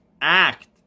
act